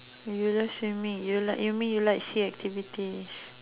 you love swimming you like you mean you like sea activities